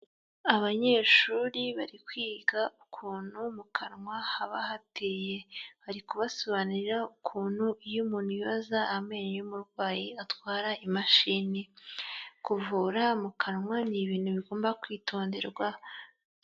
Abanyeshuri bari kwiga ukuntu mu kanwa haba hateye, bari kubasobanurira ukuntu iyo umuntu yoza amenyo y'umurwayi atwara imashini, kuvura mu kanwa ni ibintu bigomba kwitonderwa.